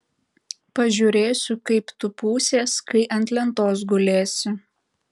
pažiūrėsiu kaip tu pūsies kai ant lentos gulėsi